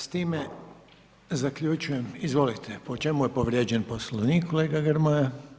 S time zaključujem, izvolite, po čemu je povrijeđen Poslovnika kolega Grmoja?